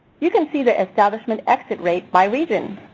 you can see the establishment exit rate by region.